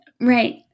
Right